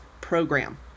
program